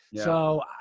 so,